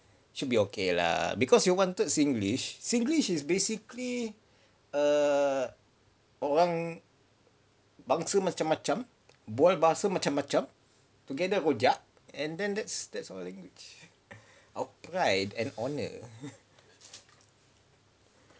should be okay lah because you wanted singlish singlish is basically err orang bangsa macam-macam bual bahasa macam-macam together rojak and then that's that's our language our pride and honour